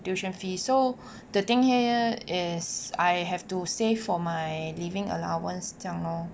tuition fees so the thing here is I have to save for my living allowance 这样 lor